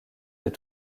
des